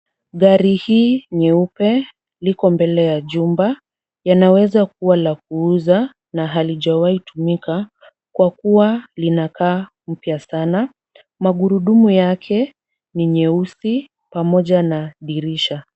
Gari hii nyeupe liko mbele ya jumba. Yanaweza kuwa la kuuza na halijawahi tumika kwa kuwa linakaa mpya sana. Magurudumu yake ni nyeusi pamoja na dirisha.